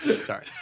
Sorry